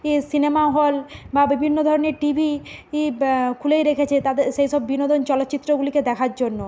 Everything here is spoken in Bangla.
ই সিনেমা হল বা বিভিন্ন ধরনের টি ভি ই খুলেই রেখেছে তাদের সেই সব বিনোদন চলচ্চিত্রগুলিকে দেখার জন্য